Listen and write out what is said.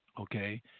okay